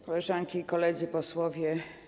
Koleżanki i Koledzy Posłowie!